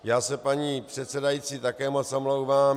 Já se, paní předsedající, také moc omlouvám.